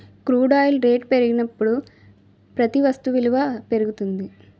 crude oil రేట్లు పెరిగినప్పుడు ప్రతి వస్తు విలువ పెరుగుతుంది